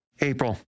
April